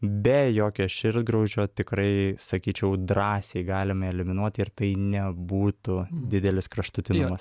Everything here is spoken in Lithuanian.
be jokio širdgraužio tikrai sakyčiau drąsiai galim eliminuoti ir tai nebūtų didelis kraštutinumas